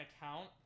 account